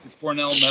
Cornell